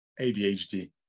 ADHD